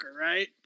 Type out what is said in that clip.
right